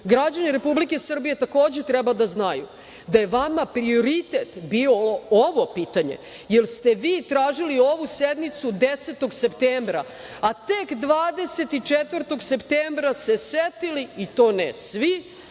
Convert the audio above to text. Građani Republike Srbije takođe treba da znaju da je vama prioritet bilo ovo pitanje, jer ste vi tražili ovu sednicu 10. septembra, a tek 24. septembra se setili, i to ne svi,